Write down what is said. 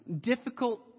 Difficult